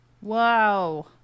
Wow